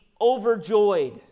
overjoyed